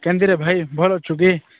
କେମିତିରେ ଭାଇ ଭଲ ଅଛୁ କି